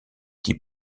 qui